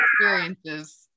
experiences